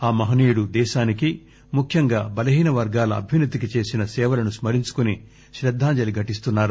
ఆ మహనీయుడు దేశానికి ముఖ్యంగా బలహీన వర్గాల అభ్యున్నతికి చేసిన సేవలను స్కరించుకుని శ్రద్దాంజలి ఘటిస్తున్నారు